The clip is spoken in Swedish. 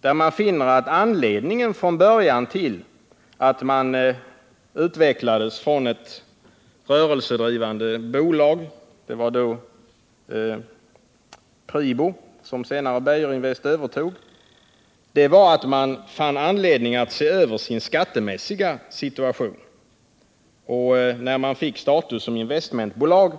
Det framgår att anledningen från början till att man utvecklades från ett rörelsedrivande bolag — det var då PRIBO som senare Beijerinvest övertog — var att man fann skäl att se över sin skattemässiga situation, och när man fick status som investmentbolag